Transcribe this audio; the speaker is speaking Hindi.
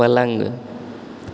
पलंग